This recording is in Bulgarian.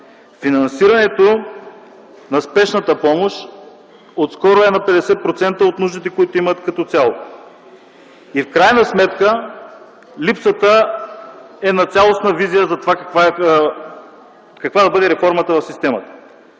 Финансирането на Спешната помощ отскоро е на 50% от нуждите, които имат като цяло и в крайна сметка липсата на цялостна визия за това каква да бъде реформата в системата.